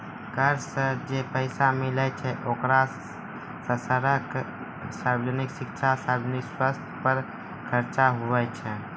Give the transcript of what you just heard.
कर सं जे पैसा मिलै छै ओकरा सं सड़क, सार्वजनिक शिक्षा, सार्वजनिक सवस्थ पर खर्च हुवै छै